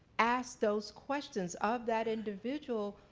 ask those questions of that individual,